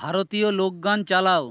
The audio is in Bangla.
ভারতীয় লোকগান চালাও